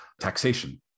taxation